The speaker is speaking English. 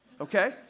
Okay